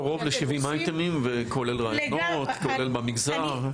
קרוב לשבעים אייטמים כולל ראיונות, כולל במגזר.